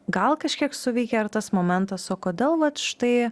gal kažkiek suveikė ir tas momentas o kodėl vat štai